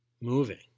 moving